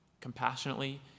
compassionately